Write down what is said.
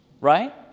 right